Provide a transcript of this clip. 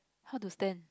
how to stand